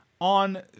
on